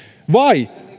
vai